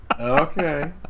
Okay